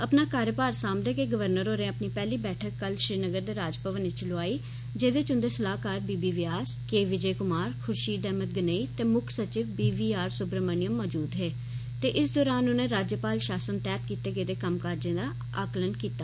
अपना कार्यभार सांभदे गै राज्यपाल होरें अपनी पैहली बैठक कल श्रीनगर दे राजभवन च लोआई जेह्दे च उंदे सलाह्कार बी बी व्यास के विजय कुमार खुर्शीद अहमद गनई ते मुक्ख सचिव बी वी आर सुब्रामण्यम मजूद हे ते इस दरान उनें राज्यपाल शासन तैह्त कीते गेदे कम्मकाज दा आकलन कीता